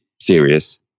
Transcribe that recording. serious